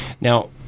Now